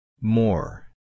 More